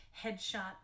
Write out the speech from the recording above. headshot